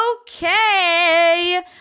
Okay